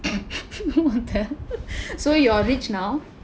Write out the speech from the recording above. what the hell so you're rich now